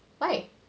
why